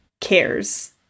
cares